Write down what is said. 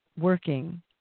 working